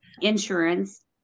insurance